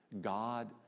God